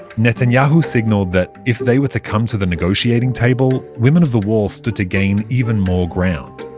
netenyahu signaled that if they were to come to the negotiating table, women of the wall stood to gain even more ground.